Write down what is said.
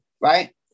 right